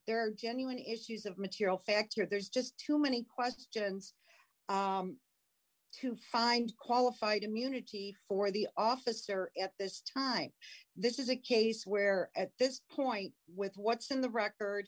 are genuine issues of material fact here there's just too many questions to find qualified immunity for the officer at this time this is a case where at this point with what's in the